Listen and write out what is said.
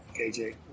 KJ